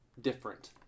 different